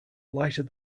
lighted